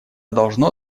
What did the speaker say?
должно